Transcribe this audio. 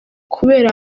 kubera